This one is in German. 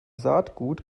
saatgut